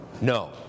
No